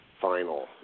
final